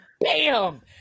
bam